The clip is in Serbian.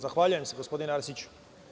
Zahvaljujem se, gospodine Arsiću.